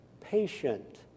patient